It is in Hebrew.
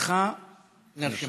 תשובתך נרשמה.